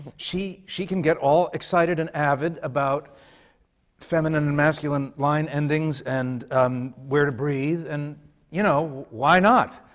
she she can get all excited and avid about feminine and masculine line endings and um where to breathe, and you know, why not?